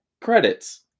credits